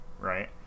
right